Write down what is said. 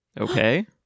Okay